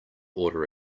order